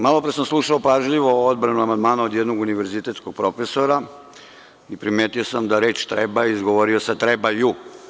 Malopre sam slušao pažljivo odbranu amandmana od jednog univerzitetskog profesora i primetio sam da je reč „treba“ izgovorio sa „trebaju“